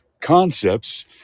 concepts